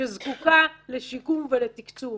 שזקוקה לשיקום ולתקצוב,